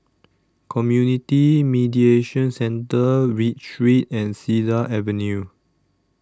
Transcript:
Community Mediation Centre Read Street and Cedar Avenue